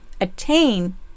Attain